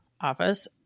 office